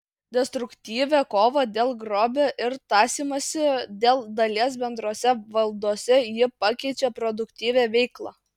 destruktyvią kovą dėl grobio ir tąsymąsi dėl dalies bendrose valdose ji pakeičia produktyvia veikla